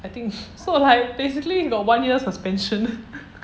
I think so like basically you got one year suspension